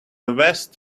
vest